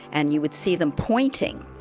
and you would see them pointing.